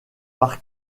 par